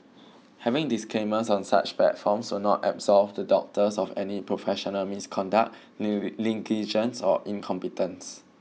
having disclaimers on such platforms will not absolve the doctors of any professional misconduct or incompetence